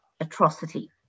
atrocity